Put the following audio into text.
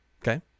okay